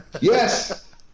Yes